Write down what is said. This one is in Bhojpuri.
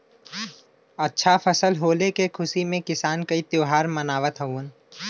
अच्छा फसल होले के खुशी में किसान कई त्यौहार मनावत हउवन